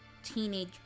teenage